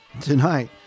Tonight